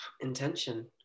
intention